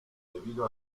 debido